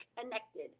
connected